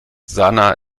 sanaa